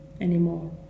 anymore